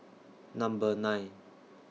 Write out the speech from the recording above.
Number nine